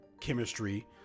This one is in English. chemistry